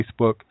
Facebook